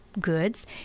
goods